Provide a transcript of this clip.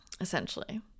essentially